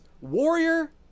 warrior